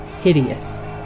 hideous